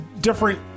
Different